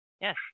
Yes